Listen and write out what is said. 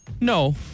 No